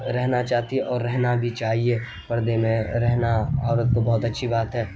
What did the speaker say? رہنا چاہتی ہے اور رہنا بھی چاہیے پردے میں رہنا عورت کو بہت اچھی بات ہے